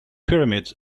pyramids